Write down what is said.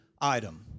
item